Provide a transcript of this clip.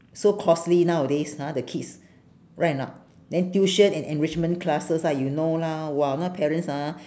so costly nowadays ha the kids right or not then tuition and enrichment classes ah you know lah !wah! now parents ah